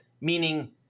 meaning